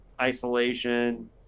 isolation